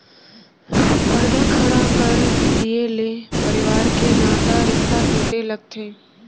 परदा खड़ा कर दिये ले परवार के नता रिस्ता टूटे लगथे